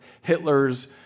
Hitler's